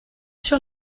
sur